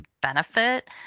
benefit